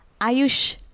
Ayush